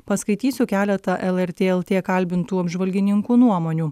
paskaitysiu keletą lrt lt kalbintų apžvalgininkų nuomonių